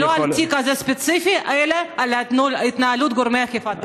ולא על התיק הזה ספציפית אלא על התנהלות גורמי אכיפת החוק.